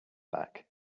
back